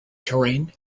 terrain